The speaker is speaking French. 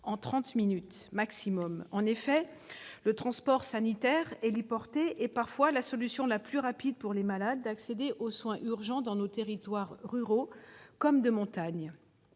trente minutes maximum. En effet, le transport sanitaire héliporté est parfois la solution la plus rapide pour les malades d'accéder aux soins urgents dans nos territoires ruraux et de montagne.